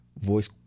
voice